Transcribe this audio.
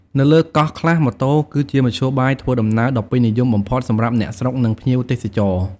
នៅលើកោះខ្លះម៉ូតូ គឺជាមធ្យោបាយធ្វើដំណើរដ៏ពេញនិយមបំផុតសម្រាប់អ្នកស្រុក និងភ្ញៀវទេសចរ។